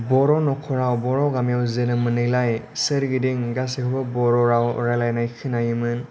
बर' न'खराव बर' गामिआव जोनोम मोननायलाय सोरगिदिं गासैखौबो बर' राव रायलायनाय खोनायोमोन